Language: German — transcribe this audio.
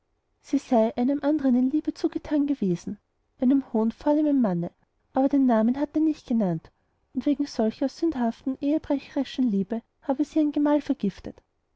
sie sei einem anderen in liebe zugetan gewesen einem hohen vornehmen manne aber den namen hat er nicht genannt und wegen solcher sündhaften ehebrecherischen liebe habe sie ihren gemahl vergiftet